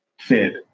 fit